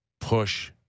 push